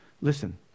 listen